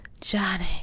Johnny